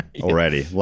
already